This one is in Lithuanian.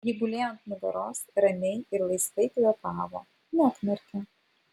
ji gulėjo ant nugaros ramiai ir laisvai kvėpavo neknarkė